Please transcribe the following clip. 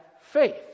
faith